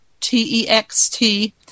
t-e-x-t